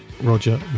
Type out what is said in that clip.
Roger